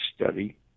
study